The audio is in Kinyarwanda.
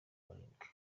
barindwi